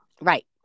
right